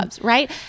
Right